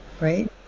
right